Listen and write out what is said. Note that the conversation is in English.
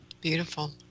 beautiful